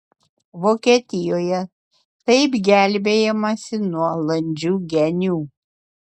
vokietijoje taip gelbėjamasi nuo landžių genių